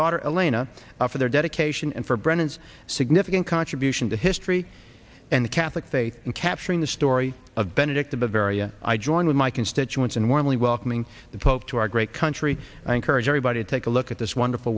daughter elena for their dad of ation and for brant it's significant contribution to history and the catholic faith and capturing the story of benedict bavaria i join with my constituents and warmly welcoming the pope to our great country i encourage everybody to take a look at this wonderful